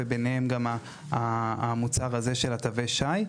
ובתוך כך גם לגבי המוצר תווי השי.